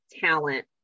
talent